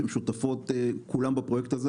שהן כולן שותפות בפרויקט הזה,